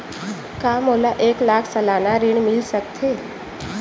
का मोला एक लाख सालाना ऋण मिल सकथे?